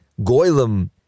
goylem